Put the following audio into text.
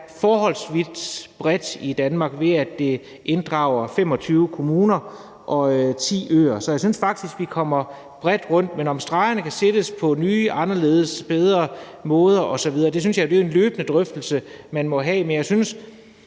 forholdsvis bredt i Danmark, ved at det omfatter 25 kommuner og 10 øer. Så jeg synes faktisk, vi kommer bredt rundt, men om stregerne kan trækkes på nye, anderledes og bedre måder osv., synes jeg er en løbende drøftelse, man må have. Men jeg synes